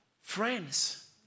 friends